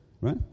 right